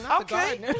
Okay